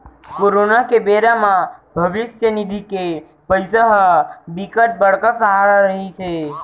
corona के बेरा म भविस्य निधि के पइसा ह बिकट बड़का सहारा रहिस हे